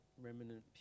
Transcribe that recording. Remnant